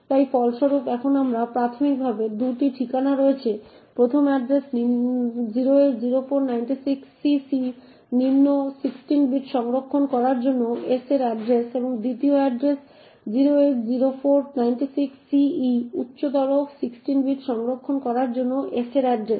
তাই ফলস্বরূপ এখন আমাদের প্রাথমিকভাবে 2টি ঠিকানা রয়েছে প্রথম এড্রেস 080496CC নিম্ন 16 বিট সংরক্ষণ করার জন্য s এর এড্রেস এবং দ্বিতীয় এড্রেস 080496CE উচ্চতর 16 বিট সংরক্ষণ করার জন্য s এর এড্রেস